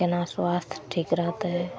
कोना स्वास्थ्य ठीक रहतै